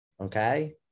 Okay